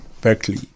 Berkeley